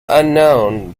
unknown